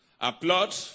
applaud